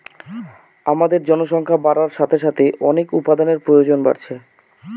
আমাদের জনসংখ্যা বাড়ার সাথে সাথে অনেক উপাদানের প্রয়োজন বাড়ছে